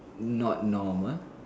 not normal